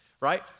right